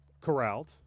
corralled